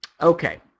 Okay